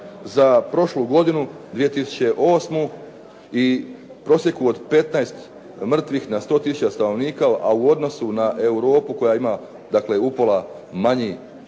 za prošlu godinu, 2008. i prosjeku od 15 mrtvih na 100 tisuća stanovnika, a u odnosu na Europu koja ima dakle upola manji postotak